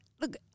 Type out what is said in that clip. look